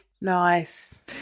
Nice